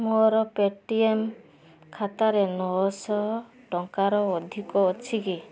ମୋର ପେଟିଏମ୍ ଖାତାରେ ନଅଶହ ଟଙ୍କାର ଅଧିକ ଅଛି କି